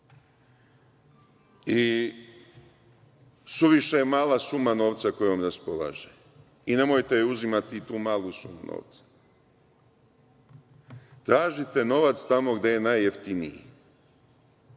i suviše je mala suma novca kojom raspolažem. Nemojte joj uzimati tu malu sumu novca. Tražite novac tamo gde je najjeftiniji.